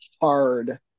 hard